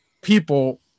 people